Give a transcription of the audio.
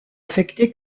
affecté